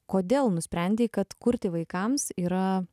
kodėl nusprendei kad kurti vaikams yra